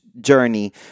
journey